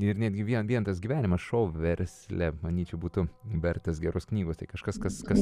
ir netgi vien vien tas gyvenimas šou versle manyčiau būtų vertas geros knygos tai kažkas kas kas